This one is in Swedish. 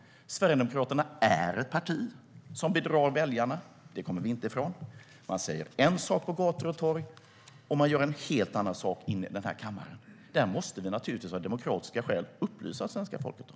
Sverigedemokraterna är ett parti som bedrar väljarna. Det kommer vi inte ifrån. Man säger en sak på gator och torg, och man gör en helt annan sak i den här kammaren. Det här måste vi naturligtvis av demokratiska skäl upplysa svenska folket om.